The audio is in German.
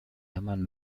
hermann